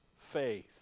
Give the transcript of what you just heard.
faith